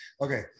okay